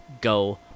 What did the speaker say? go